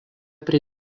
prie